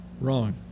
wrong